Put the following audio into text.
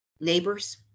neighbors